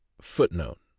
footnote